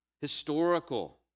historical